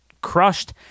crushed